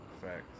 Facts